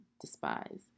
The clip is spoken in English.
despise